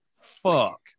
Fuck